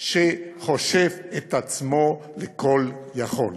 שחושב את עצמו לכול יכול.